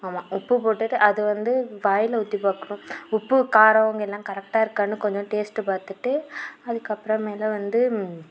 ஆமாம் உப்பு போட்டுவிட்டு அது வந்து வாயில் ஊற்றி பார்க்கணும் உப்பு காரம் எல்லாம் கரெட்டாக இருக்கானு கொஞ்சம் டேஸ்ட்டு பார்த்துட்டு அதுக்கப்புறமேல வந்து